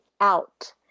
out